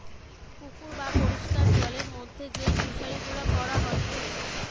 পুকুর বা পরিষ্কার জলের মধ্যে যেই ফিশারি গুলা করা হয়টে